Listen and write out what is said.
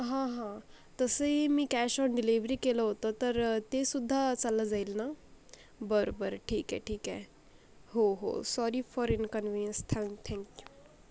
हं हं तसंही मी कॅश ऑन डिलिव्हरी केलं होतं तर ते सुद्धा चाललं जाईल ना बरं बरं ठीक आहे ठीक आहे हो हो सॉरी फॉर इन्कव्हिनिस थँक्यू